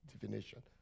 divination